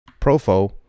Profo